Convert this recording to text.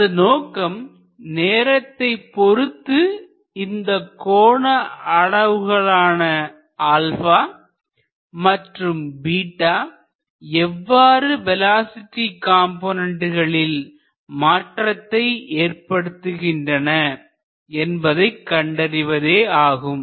நமது நோக்கம் நேரத்தைப் பொருத்து இந்த கோண அளவுகலான ஆல்பா மற்றும் பீட்டா எவ்வாறு வேலோஸிட்டி காம்போனன்டுகளில் மாற்றத்தை ஏற்படுத்துகின்றன என்பதை கண்டறிவதே ஆகும்